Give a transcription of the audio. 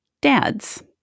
dads